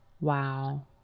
Wow